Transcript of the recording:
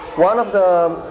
one of the